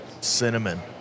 cinnamon